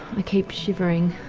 i keep shivering,